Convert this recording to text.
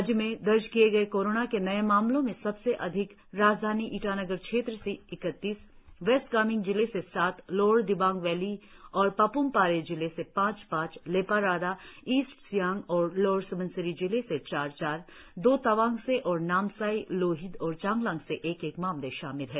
राज्य में दर्ज किए गए कोरोना के नए मामलों में सबसे अधिक राजधानी ईटानगर क्षेत्र से इक्कतीस वेस्ट कामेंग जिले से सात लोअर दिबांग वैली और पाप्म पारे जिले से पाच पाच लेपाराडा ईस्ट सियांग और लवर स्बनसिरी जिले से चार चार दो तवांग से और नामसाई लोहित और चांगलांग से एक एक मामले शामिल है